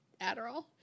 Adderall